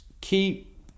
keep